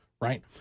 Right